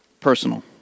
personal